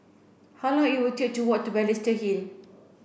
how long it will take to walk to Balestier Hill